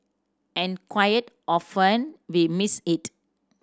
and quiet often we missed it